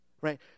Right